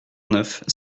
neuf